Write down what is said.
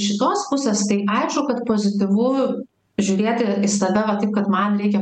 šitos pusės tai aišku kad pozityvu žiūrėti į save kad man reikia